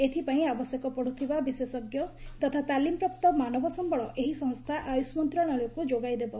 ଏଥିପାଇଁ ଆବଶ୍ୟକ ପଡ଼ୁଥିବା ବିଶେଷଜ୍ଞ ତଥା ତାଲିମପ୍ରାପ୍ତ ମାନବ ସମ୍ପଳ ଏହି ସଂସ୍ଥା ଆୟୁଷ ମନ୍ତ୍ରଣାଳୟକୁ ଯୋଗାଇ ଦେବ